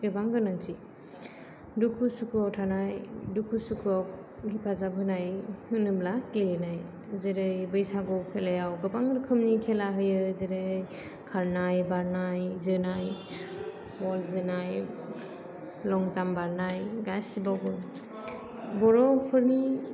गोबां गोनांथि दुखु सुखुयाव थानाय दुखु सुखुयाव हेफाजाब होनाय होनोब्ला गेलेनाय जेरै बैसागु खेलायाव गोबां रोखोमनि खेला होयो जेरै खारनाय बारनाय जोनाय बल जोनाय लं जाम्फ बारनाय गासिबावबो बर'फोरनि